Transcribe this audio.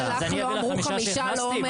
אז אני אביא לך חמישה שהכנסתי?